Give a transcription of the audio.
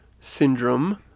syndrome